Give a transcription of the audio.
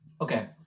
Okay